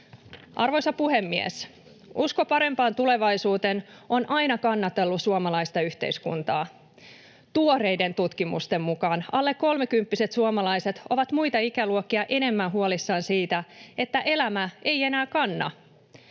Arvoisa puhemies! Usko parempaan tulevaisuuteen on aina kannatellut suomalaista yhteiskuntaa. Tuoreiden tutkimusten mukaan alle kolmekymppiset suomalaiset ovat muita ikäluokkia enemmän huolissaan siitä, että elämä ei enää kanna.